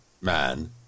man